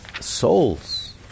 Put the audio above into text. souls